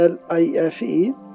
L-I-F-E